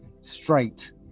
straight